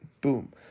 boom